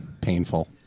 painful